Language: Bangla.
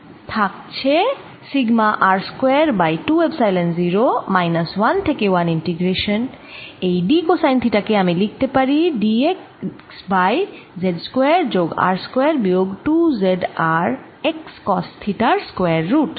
তাহলে থাকছে sigma R square by 2 epsilon 0 minus 1 থেকে 1 ইন্টিগ্রেশান এই d কোসাইন থিটা কে আমি লিখতে পারি d x by z square যোগ R স্কয়ার বিয়োগ 2 z R x কস থিটার স্কয়ার রুট